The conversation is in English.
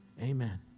Amen